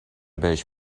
بهش